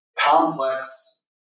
complex